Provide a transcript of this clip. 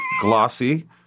Glossy